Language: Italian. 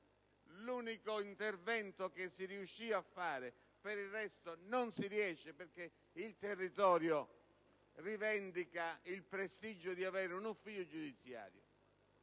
l'unico intervento che si riuscì a fare; per il resto non si riesce, in quanto il territorio rivendica il prestigio di avere un ufficio giudiziario.